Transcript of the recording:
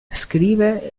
scrive